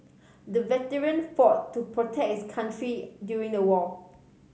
the veteran fought to protect his country during the war